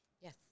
Yes